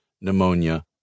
pneumonia